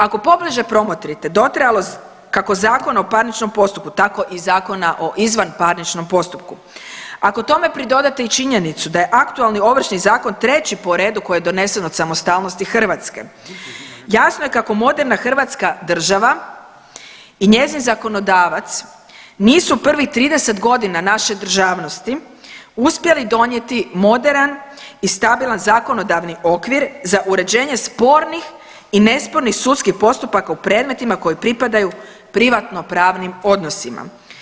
Ako pobliže promotrite dotrajalost kako Zakona o parničnom postupku tako i Zakona o izvanparničnom postupku, ako tome pridodate i činjenicu da je aktualni Ovršni zakon treći po redu koji je donesen od samostalnosti Hrvatske jasno je kako moderna hrvatska država i njezin zakonodavac nisu prvih 30 godina naše državnosti uspjeli donijeti moderan i stabilan zakonodavni okvir za uređenje spornih i nespornih sudskih postupaka u predmetima koji pripadaju privatno pravnim odnosima.